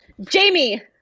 Jamie